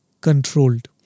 controlled